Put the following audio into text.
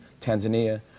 Tanzania